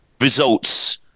results